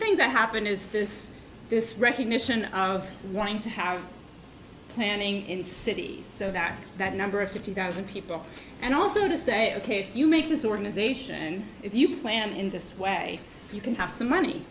things that happen is this this recognition of wanting to have planning in cities so that that number of fifty thousand people and also to say ok if you make this organization and if you plan in this way you can have some money